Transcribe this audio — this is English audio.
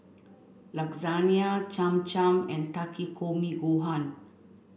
Lasagna Cham Cham and Takikomi gohan